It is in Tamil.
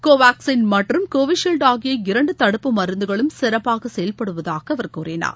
கோவாக்சின் மற்றும் கோவிஷீல்டு ஆகிய இரன்டு தடுப்புப் மருந்துகளும் சிறப்பாக செயல்படுவதாக அவர் கூறினார்